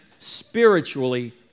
spiritually